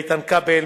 איתן כבל,